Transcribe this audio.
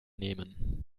nehmen